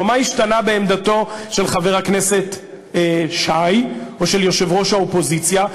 או מה השתנה בעמדתו של חבר הכנסת שי או של יושב-ראש האופוזיציה?